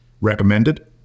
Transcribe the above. Recommended